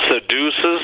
seduces